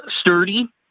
sturdy